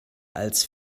als